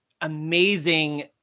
amazing